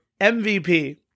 MVP